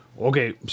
Okay